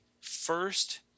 first